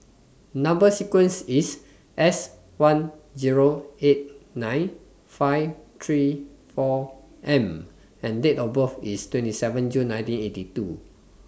Number sequence IS S one Zero eight nine five three four M and Date of birth IS twenty seven June nineteen eighty two